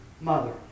mother